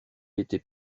était